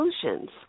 solutions